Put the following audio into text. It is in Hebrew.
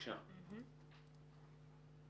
בכפוף לאישור של הנציבות.